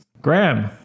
Graham